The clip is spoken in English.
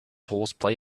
horseplay